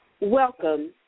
Welcome